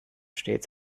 stets